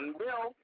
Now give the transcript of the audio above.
bill